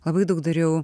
labai daug dariau